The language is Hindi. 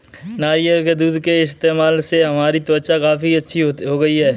नारियल के दूध के इस्तेमाल से हमारी त्वचा काफी अच्छी हो गई है